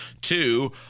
two